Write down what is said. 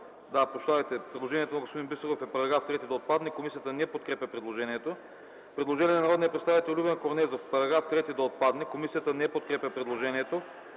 представител Христо Бисеров –§ 3 да отпадне. Комисията не подкрепя предложението. Предложение на народния представител Любен Корнезов –§ 3 да отпадне. Комисията не подкрепя предложението.